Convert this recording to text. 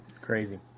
crazy